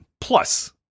plus